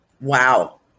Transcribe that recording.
Wow